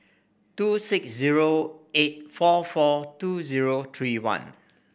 two six zero eight four four two zero three one